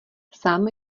sám